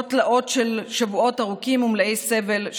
במסעות תלאות בני שבועות ארוכים ומלאי סבל,